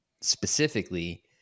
specifically